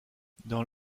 dans